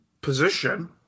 position